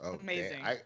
Amazing